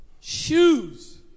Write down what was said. Shoes